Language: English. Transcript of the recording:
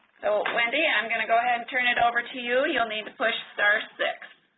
so wendy i'm going to go ahead and turn it over to you. you'll need to push star six.